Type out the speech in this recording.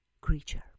creature